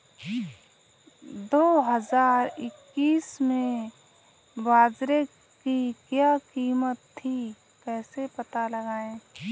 दो हज़ार इक्कीस में बाजरे की क्या कीमत थी कैसे पता लगाएँ?